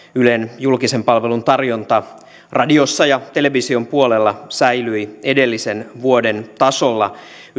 ylen julkisen palvelun tarjonta radiossa ja television puolella säilyi edellisen vuoden tasolla